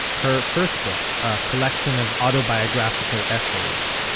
her first book, a collection of autobiographical essays,